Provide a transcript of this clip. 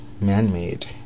man-made